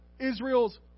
Israel's